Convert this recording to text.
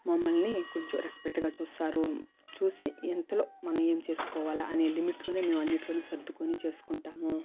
మమ్మల్ని కొంచం రెస్పెక్ట్గా చూస్తారు చూసి ఎంతలో మనం ఏం చేసుకోవాలా అనే లిమిట్ లోనే మేమన్నిట్లోనూ సర్దుకోని చేసుకుంటాము